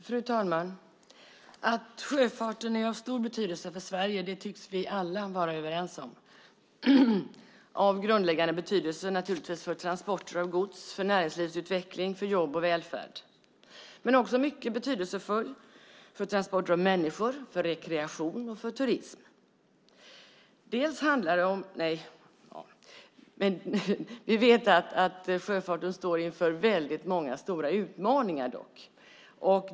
Fru talman! Att sjöfarten är av stor betydelse för Sverige tycks vi alla vara överens om. Den är naturligtvis av grundläggande betydelse för transporter av gods, för näringslivsutveckling, för jobb och välfärd. Den är också mycket betydelsefull för transporter av människor, för rekreation och för turism. Vi vet att sjöfarten står inför väldigt många stora utmaningar.